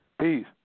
peace